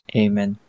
amen